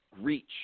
reach